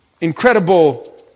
incredible